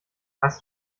hast